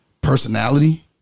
Personality